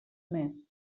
més